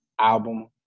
album